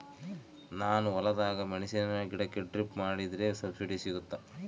ನಾನು ಹೊಲದಾಗ ಮೆಣಸಿನ ಗಿಡಕ್ಕೆ ಡ್ರಿಪ್ ಮಾಡಿದ್ರೆ ಸಬ್ಸಿಡಿ ಸಿಗುತ್ತಾ?